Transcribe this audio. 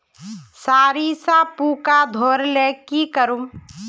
सरिसा पूका धोर ले की करूम?